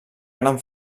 gran